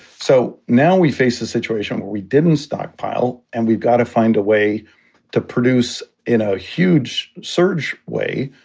so now we face a situation where we didn't stockpile, and we've got to find a way to produce in a huge, surge way,